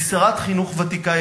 היא שרת חינוך ותיקה.